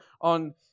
on